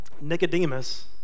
Nicodemus